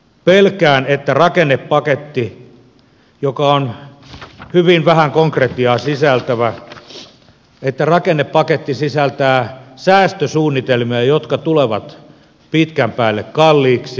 pelkään että rakennepaketti joka on hyvin vähän konkretiaa sisältävä sisältää säästösuunnitelmia jotka tulevat pitkän päälle kalliiksi